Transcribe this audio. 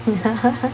ya ha ha